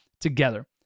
together